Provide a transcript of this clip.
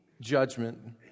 Judgment